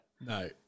No